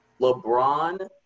LeBron